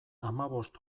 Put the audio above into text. hamabost